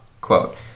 quote